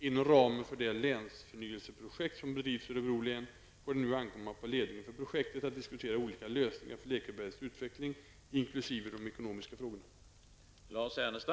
Inom ramen för det länsförnyelseprojektet som bedrivs i Örebro län får det nu ankomma på ledningen för projektet att diskutera olika lösningar för Lekbergs utveckling, inkl. de ekonomiska frågorna.